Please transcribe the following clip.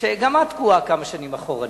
שגם את תקועה כמה שנים אחורנית.